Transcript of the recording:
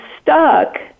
stuck